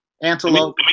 Antelope